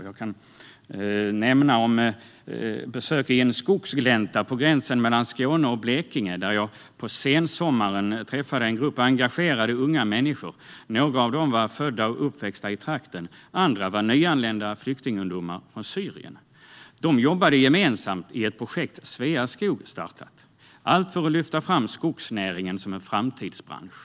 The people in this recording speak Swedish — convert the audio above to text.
Jag kan nämna ett besök i en skogsglänta på gränsen mellan Skåne och Blekinge, där jag på sensommaren träffade en grupp engagerade människor. Några av dem var födda och uppväxta i trakten, medan andra var nyanlända flyktingungdomar från Syrien. De jobbade gemensamt i ett projekt som Sveaskog startat - allt för att lyfta fram skogsnäringen som en framtidsbransch.